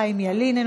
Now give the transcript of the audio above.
חיים ילין,